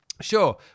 Sure